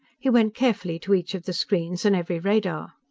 he went carefully to each of the screens and every radar.